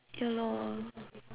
ya lor